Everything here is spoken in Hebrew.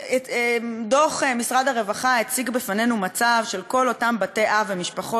דוח משרד הרווחה הציג בפנינו מצב של כל אותם בתי-אב ומשפחות